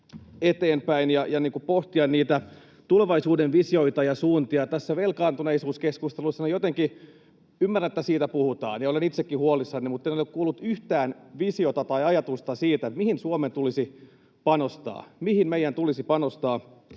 eteenpäin ja pohtia niitä tulevaisuuden visioita ja suuntia. Tässä velkaantuneisuuskeskustelussa — minä jotenkin ymmärrän, että siitä puhutaan, ja olen itsekin huolissani — en ole kuullut yhtään visiota tai ajatusta siitä, mihin Suomen tulisi panostaa. Mihin meidän tulisi panostaa?